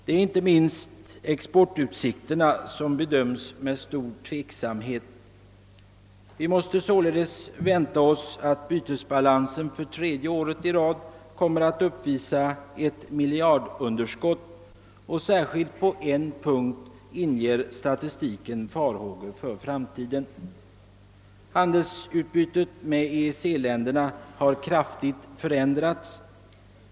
Inte minst bedöms exportutsikterna med stor tveksamhet. Vi måste således vänta oss att bytesbalansen för tredje året i rad kommer att uppvisa ett miljardunderskott, och särskilt på en punkt inger statistiken farhågor för framtiden. Handelsutbytet med EEC länderna har kraftigt förändrats.